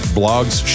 blogs